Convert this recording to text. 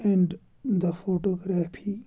and the photography